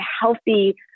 healthy